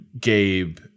Gabe